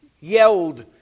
yelled